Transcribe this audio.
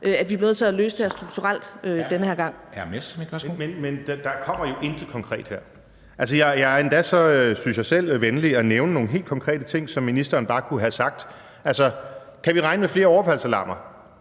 Kl. 13:21 Morten Messerschmidt (DF): Men der kommer jo intet konkret her. Jeg er endda, synes jeg selv, venlig at nævne nogle helt konkrete ting, som ministeren bare kunne have sagt. Kan vi regne med flere overfaldsalarmer?